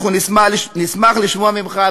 אנחנו נשמח לשמוע ממך,